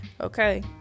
okay